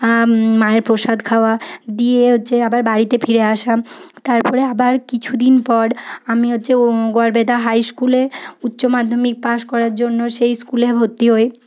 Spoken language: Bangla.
মায়ের প্রসাদ খাওয়া দিয়ে হচ্ছে আবার বাড়িতে ফিরে আসা তারপরে আবার কিছুদিন পর আমি হচ্ছে গড়বেতা হাই স্কুলে উচ্চ মাধ্যমিক পাশ করার জন্য সেই স্কুলে ভর্তি হই